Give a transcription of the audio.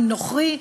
אם נוכרי,